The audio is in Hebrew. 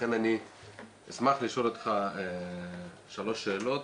לכן אני אשמח לשאול אותך שלוש שאלות,